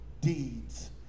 deeds